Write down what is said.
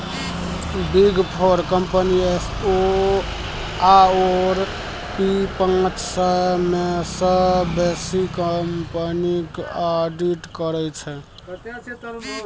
big four company S आओर P पाँच सय मे सँ बेसी कंपनीक आडिट करै छै